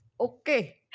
Okay